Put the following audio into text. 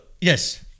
yes